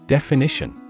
Definition